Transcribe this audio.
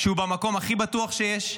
שהוא במקום הכי בטוח שיש,